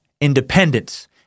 Independence